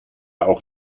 auch